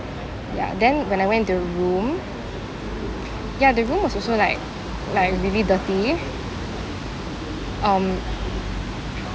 ya then when I went into the room ya the room was also like like really dirty um